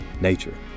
nature